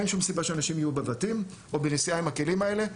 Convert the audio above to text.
אין שום סיבה שאנשים יהיו בבתים או בנסיעה עם הכלים האלה.